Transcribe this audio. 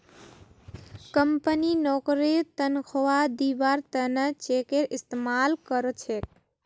company नौकरीर तन्ख्वाह दिबार त न चेकेर इस्तमाल कर छेक